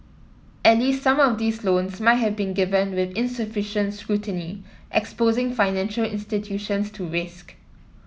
at least some of these loans might have been given with insufficient scrutiny exposing financial institutions to risk